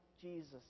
Jesus